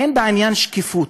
אין בעניין שקיפות.